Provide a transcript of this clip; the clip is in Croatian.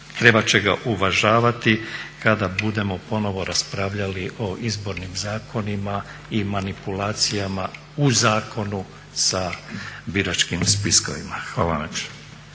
trebat će ga uvažavati kada budemo ponovno raspravljali o izbornim zakonima i manipulacijama u zakonu sa biračkim spiskovima. Hvala